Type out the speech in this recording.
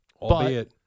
Albeit